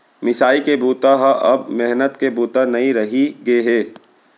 मिसाई के बूता ह अब मेहनत के बूता नइ रहि गे हे